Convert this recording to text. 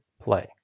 play